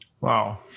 Wow